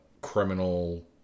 criminal